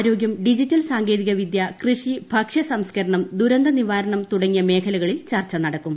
ആരോഗ്യം ഡിജിറ്റൽ സാങ്കേതികവിദ്യ കൃഷി ഭക്ഷ്യസംസ്കരണം ദുരന്തനിവാരണം തുടങ്ങിയ മേഖലകളിൽ ചർച്ച നടക്കും